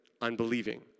unbelieving